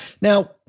Now